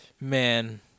Man